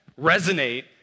resonate